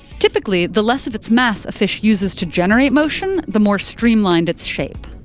typically, the less of its mass a fish uses to generate motion, the more streamlined its shape.